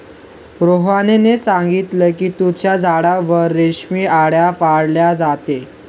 सोहनने सांगितले की तुतीच्या झाडावर रेशमी आळया पाळल्या जातात